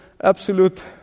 absolute